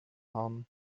herrn